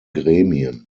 gremien